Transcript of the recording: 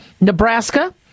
Nebraska